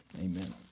Amen